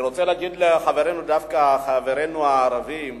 אני רוצה להגיד דווקא לחברינו הערבים